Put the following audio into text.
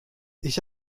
ich